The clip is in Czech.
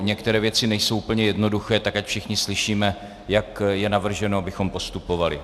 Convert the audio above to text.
Některé věci nejsou úplně jednoduché, tak ať všichni slyšíme, jak je navrženo, abychom postupovali.